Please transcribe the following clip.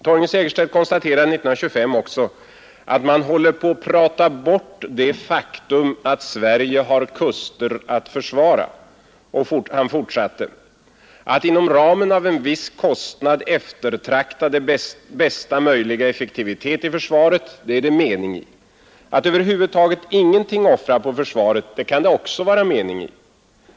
Torgny Segerstedt konstaterade 1925 också att ”man håller på att prata bort det faktum att Sverige har kuster att försvara”, och han 81 fortsatte: ”Att inom ramen av en viss kostnad eftertrakta den bästa möjliga effektivitet i försvaret, det är det mening i. Att över huvud taget ingenting offra på försvaret, det kan det också vara mening i.